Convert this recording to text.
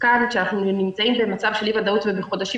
כאשר אנחנו נמצאים במצב של אי-ודאות ובחודשים